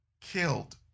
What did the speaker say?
killed